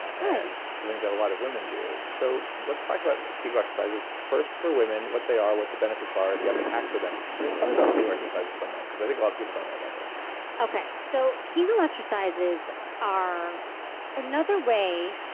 and something that a lot of women do. so let's talk about kegel exercises, first for women, what they are, what the benefits are, if you have any hacks for them, and then tell me about kegel exercises for men, because i think a lot of people don't know about this okay. so kegel exercises are another way.